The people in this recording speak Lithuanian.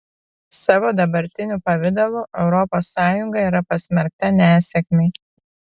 savo dabartiniu pavidalu europos sąjunga yra pasmerkta nesėkmei